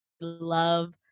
love